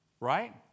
Right